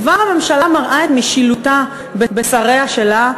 כבר הממשלה מראה את משילותה בשריה שלה,